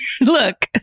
Look